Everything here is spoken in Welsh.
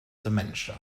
dementia